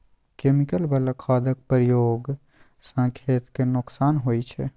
chemical बला खादक प्रयोग सँ खेत केँ नोकसान होइ छै